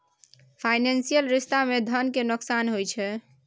financial रिश्ता मे धन केर नोकसान होइ छै